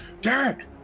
Derek